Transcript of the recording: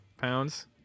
pounds